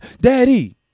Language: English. Daddy